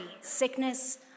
sickness